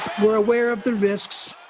we're aware of the risks.